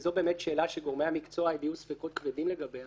וזו שאלה שגורמי המקצוע הביעו ספקות רבים לגביה